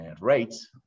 rates